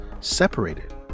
separated